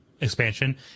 expansion